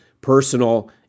personal